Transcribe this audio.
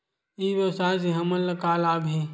ई व्यवसाय से हमन ला का लाभ हे?